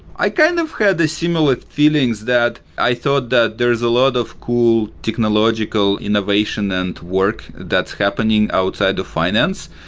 i kind of had the similar feelings that i thought that there's a lot of cool technological innovation and work that's happening outside of finance.